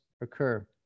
occur